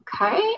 Okay